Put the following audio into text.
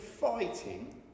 fighting